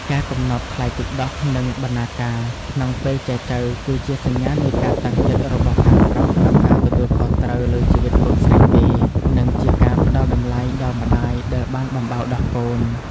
ការកំណត់ "ថ្លៃទឹកដោះ" និង "បណ្ណាការ" ក្នុងពេលចែចូវ គឺជាសញ្ញានៃការតាំងចិត្តរបស់ខាងប្រុសក្នុងការទទួលខុសត្រូវលើជីវិតកូនស្រីគេ និងជាការផ្ដល់តម្លៃដល់ម្ដាយដែលបានបំបៅដោះកូន។